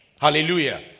Hallelujah